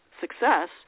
success